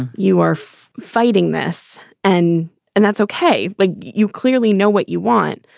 and you are fighting this and and that's okay. like you clearly know what you want,